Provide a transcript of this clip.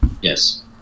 Yes